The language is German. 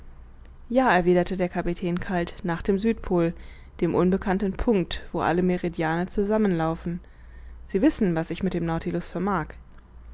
ja erwiderte der kapitän kalt nach dem südpol dem unbekannten punkt wo alle meridiane zusammen laufen sie wissen was ich mit dem nautilus vermag